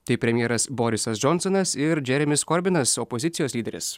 tai premjeras borisas džonsonas ir džeremis korbinas opozicijos lyderis